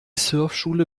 surfschule